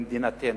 היא מדינתנו,